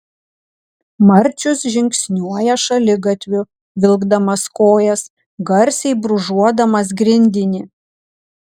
marčius žingsniuoja šaligatviu vilkdamas kojas garsiai brūžuodamas grindinį